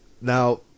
now